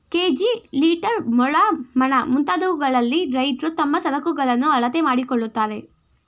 KG, litre, ಮೊಳ, ಮಣ, ಮುಂತಾದವುಗಳಲ್ಲಿ ರೈತ್ರು ತಮ್ಮ ಸರಕುಗಳನ್ನು ಅಳತೆ ಮಾಡಿಕೊಳ್ಳುತ್ತಾರೆ